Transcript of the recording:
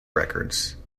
records